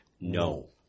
no